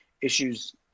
issues